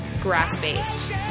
Grass-Based